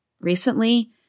recently